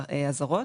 הזרות.